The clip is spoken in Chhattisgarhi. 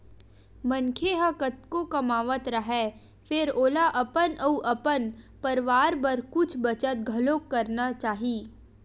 मनखे ह कतको कमावत राहय फेर ओला अपन अउ अपन परवार बर कुछ बचत घलोक करना चाही